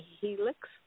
helix